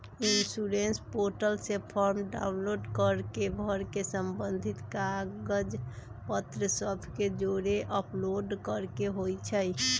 insurance portal से form download कऽ के भर के संबंधित कागज पत्र सभ के जौरे अपलोड करेके होइ छइ